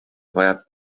vajab